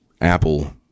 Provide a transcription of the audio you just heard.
Apple